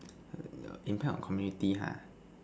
impact on community ha